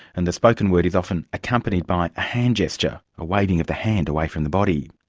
and the spoken word is often accompanied by a hand gesture a waving of the hand away from the body.